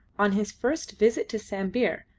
on his first visit to sambir,